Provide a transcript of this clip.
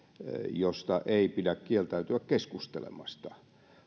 josta ei pidä kieltäytyä keskustelemasta